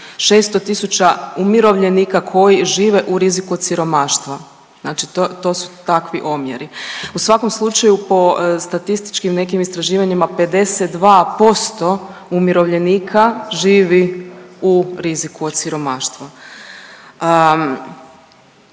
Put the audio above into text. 600.000 umirovljenika koji žive u riziku od siromaštva, znači to su takvi omjeri. U svakom slučaju po statističkim nekim istraživanjima 52% umirovljenika živi u riziku od siromaštva.